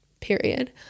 period